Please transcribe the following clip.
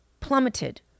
plummeted